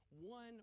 one